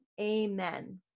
Amen